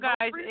guys